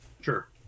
Sure